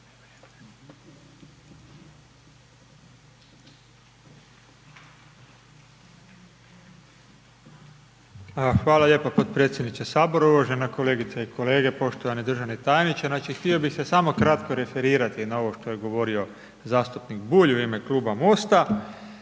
Hvala lijepa potpredsjedniče Sabora, uvažene kolegice i kolege, poštovani državni tajniče. Znači htio bih se samo kratko referirati na ovo što je govorio zastupnik Bulj u ime kluba MOST-a.